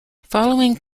following